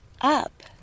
up